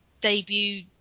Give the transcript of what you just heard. debut